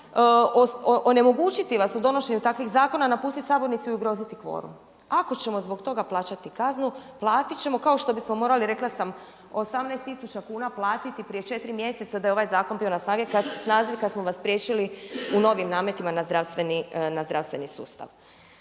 onemogućiti vas u donošenju takvih zakona, napustiti sabornicu i ugroziti kvorum? Ako ćemo zbog toga plaćati kaznu, platiti ćemo, kao što bismo morali, rekla sam, 18 tisuća kuna platiti prije 4 mjeseca da je ovaj zakon bio na snazi kada smo vas spriječili u novim nametima na zdravstveni sustav.